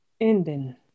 ending